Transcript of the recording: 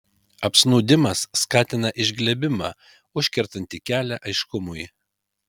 apsnūdimas skatina išglebimą užkertantį kelią aiškumui